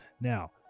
Now